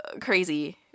crazy